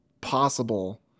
possible